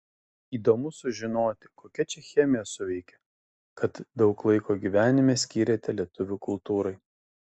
įdomu sužinoti kokia čia chemija suveikė kad daug laiko gyvenime skyrėte lietuvių kultūrai